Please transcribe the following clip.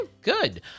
Good